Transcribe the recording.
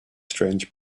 strange